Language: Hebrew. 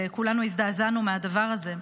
וכולנו הזדעזענו מהדבר הזה.